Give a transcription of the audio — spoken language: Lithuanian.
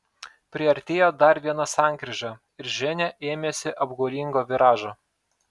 priartėjo dar viena sankryža ir ženia ėmėsi apgaulingo viražo